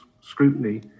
scrutiny